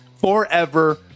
Forever